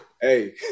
Hey